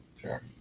Sure